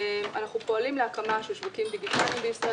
אנחנו פועלים להקמה של שווקים דיגיטליים בישראל.